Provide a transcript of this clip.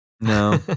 no